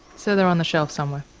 so they're on the shelf somewhere.